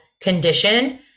condition